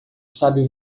sábio